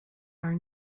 are